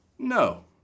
No